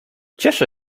cieszę